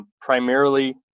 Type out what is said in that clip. primarily